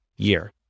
Year